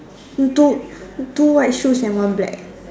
he two two white shoes and one black